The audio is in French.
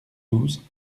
douze